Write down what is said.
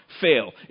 fail